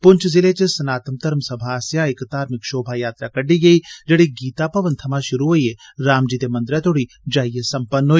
पुंछ जिले च सनातन धर्म सभा आसेआ इक धार्भिक शोभा यात्रा कड्डी गेई जेहड़ी गीता भवन थमां शुरु होइयै रामजी दे मंदरै तोहड़ी जाइयै संपन्न होई